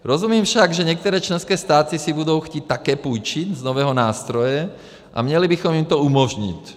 Rozumím však, že některé členské státy si budou chtít také půjčit z nového nástroje, a měli bychom jim to umožnit.